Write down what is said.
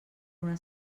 una